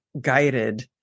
guided